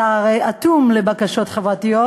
השר הרי אטום לבקשות חברתיות,